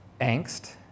angst